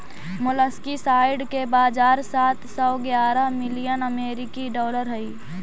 molluscicide के बाजार सात सौ ग्यारह मिलियन अमेरिकी डॉलर हई